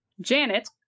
Janet